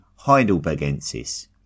heidelbergensis